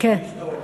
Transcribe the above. הוא איש טוב,